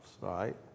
right